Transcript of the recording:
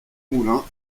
moulin